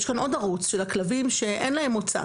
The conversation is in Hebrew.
יש כאן עוד ערוץ של הכלבים שאין להם מוצא.